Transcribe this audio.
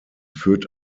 führt